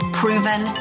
proven